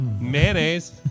Mayonnaise